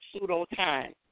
pseudo-time